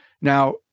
Now